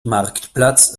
marktplatz